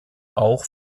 auch